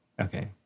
Okay